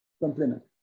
complement